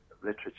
literature